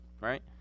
right